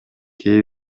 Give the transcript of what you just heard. кээ